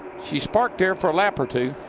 he's parked there for a lap or two